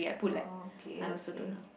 orh okay okay